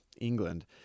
England